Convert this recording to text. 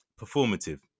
Performative